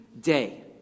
day